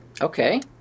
Okay